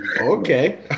Okay